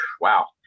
Wow